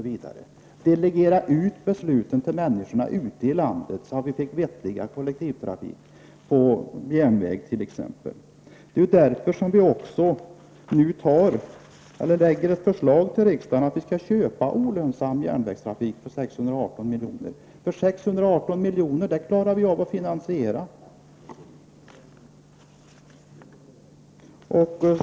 Vi delegerade ut beslut till människorna ute i landet, så att vi fick en vettig kollektivtrafik t.ex. i form av järnvägstrafik. Det är också därför som vi nu lägger fram ett förslag till riksdagen om att staten skall köpa olönsam järnvägstrafik för 618 milj.kr. — det är en summa som staten klarar att finansiera.